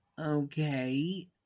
Okay